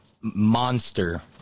monster